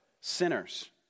sinners